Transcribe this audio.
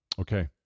Okay